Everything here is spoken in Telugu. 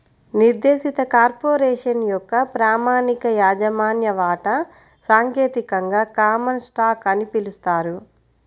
నిర్దేశిత కార్పొరేషన్ యొక్క ప్రామాణిక యాజమాన్య వాటా సాంకేతికంగా కామన్ స్టాక్ అని పిలుస్తారు